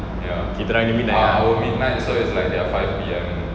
kita orang punya midnight ah